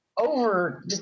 over